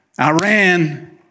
Iran